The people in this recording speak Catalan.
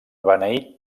beneir